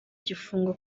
igifungo